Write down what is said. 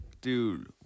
Dude